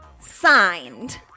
signed